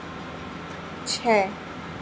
छः